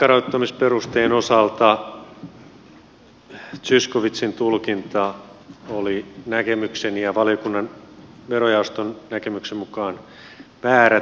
ankaroittamisperusteen osalta zyskowiczin tulkinta oli näkemykseni ja valiokunnan verojaoston näkemyksen mukaan väärä